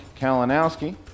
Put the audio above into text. Kalinowski